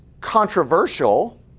controversial